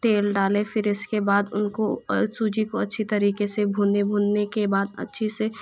तेल डाले फिर उसके बाद उनको सूजी को अच्छी तरीके से भुने भुनने के बाद अच्छे से